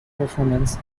performance